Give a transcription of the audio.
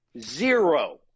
Zero